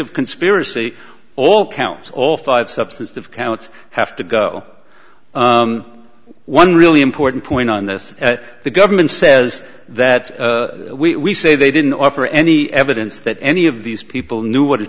of conspiracy all counts all five substantive counts have to go one really important point on this the government says that we say they didn't offer any evidence that any of these people knew what a